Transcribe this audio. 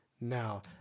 now